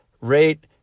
rate